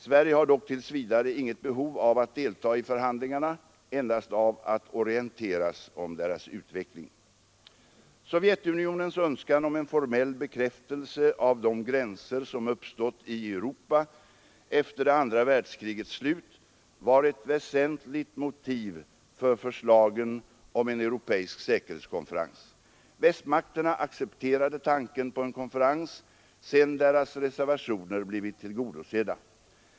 Sverige har dock tills vidare inget behov av att deltaga i förhandlingarna, endast av att orienteras om deras utveckling. Sovjetunionens önskan om en formell bekräftelse av de gränser som uppstått i Europa efter det andra världskrigets slut var ett väsentligt motiv för förslagen om en europeisk säkerhetskonferens. Västmakterna accepterade tanken på en konferens, sedan deras reservationer blivit tillgodosedda.